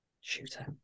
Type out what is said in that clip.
shooter